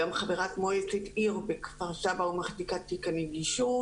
גם חברת מועצת עיר בכפר סבא ומחזיקת תיק נגישות